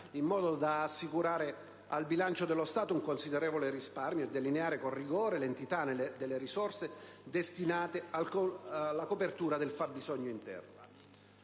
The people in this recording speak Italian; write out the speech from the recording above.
in modo da assicurare al bilancio dello Stato un considerevole risparmio e delineare con rigore l'entità delle risorse destinate alla copertura del fabbisogno interno;